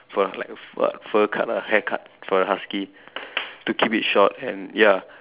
for like a fur fur cut ah hair cut for a husky to keep it short and ya